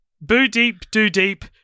boo-deep-do-deep